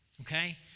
okay